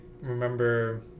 remember